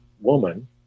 woman